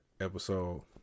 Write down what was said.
episode